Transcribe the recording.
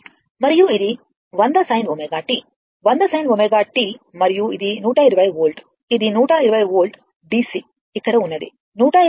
మరియు ఇది 100 sin ω t 100 sin ω t మరియు ఇది 120 వోల్ట్ ఇది 120 వోల్ట్ల DC ఇక్కడ ఉన్నది 120 వోల్ట్ DC